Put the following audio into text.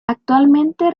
actualmente